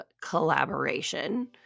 collaboration